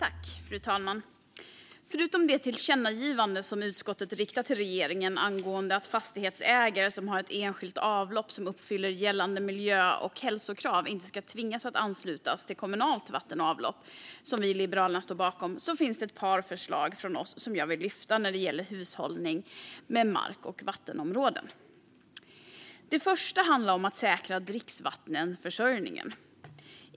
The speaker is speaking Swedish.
Fru talman! Förutom det tillkännagivande som utskottet riktar till regeringen angående att fastighetsägare som har ett enskilt avlopp som uppfyller gällande miljö och hälsokrav inte ska tvingas att ansluta sig till kommunalt va, som vi i Liberalerna står bakom, finns det ett par förslag från oss som jag vill lyfta fram när det gäller hushållning med mark och vattenområden. Det första handlar om att säkra dricksvattenförsörjningen.